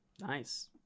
Nice